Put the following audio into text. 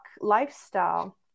lifestyle